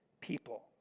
people